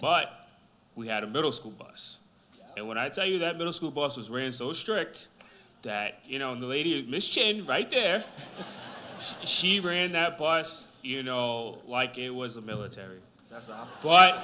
but we had a middle school bus and when i tell you that middle school buses ran so strict that you know on the way to miss cheney right there she ran that by us you know like it was a military that's wh